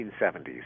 1970s